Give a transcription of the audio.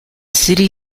city